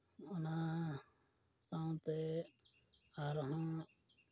ᱚᱱᱟ ᱥᱟᱶᱛᱮ ᱟᱨᱦᱚᱸ